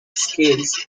skills